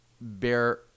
bear